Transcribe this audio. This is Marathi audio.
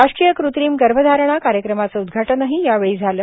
राष्ट्रीय क़त्रिम गर्भधारणा कार्यक्रमाचं उदघाटनही यावेळी झालं